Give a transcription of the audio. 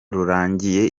rurangiye